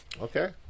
Okay